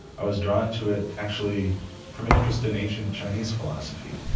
i was drawn to it actually from an interest in ancient chinese philosophy.